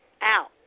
out